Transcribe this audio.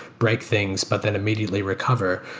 break things, but then immediately recover?